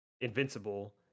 invincible